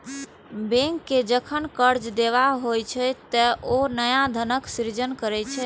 bank कें जखन कर्ज देबाक होइ छै, ते ओ नया धनक सृजन करै छै